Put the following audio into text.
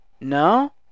No